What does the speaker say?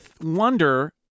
wonder